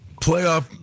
playoff